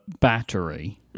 battery